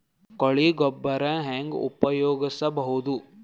ಕೊಳಿ ಗೊಬ್ಬರ ಹೆಂಗ್ ಉಪಯೋಗಸಬಹುದು?